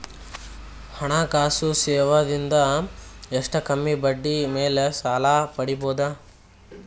ಹಣಕಾಸು ಸೇವಾ ದಿಂದ ಎಷ್ಟ ಕಮ್ಮಿಬಡ್ಡಿ ಮೇಲ್ ಸಾಲ ಪಡಿಬೋದ?